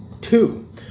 Two